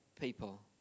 people